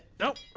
no.